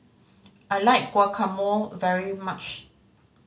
I like Guacamole very much